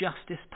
justice